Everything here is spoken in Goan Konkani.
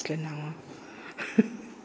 जनाफा